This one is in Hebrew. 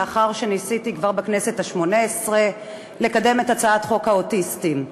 לאחר שניסיתי כבר בכנסת השמונה-עשרה לקדם את הצעת חוק האוטיסטים.